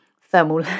thermal